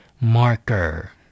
marker